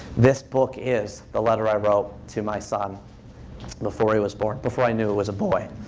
this book is the letter i wrote to my son before he was born, before i knew it was a boy.